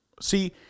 See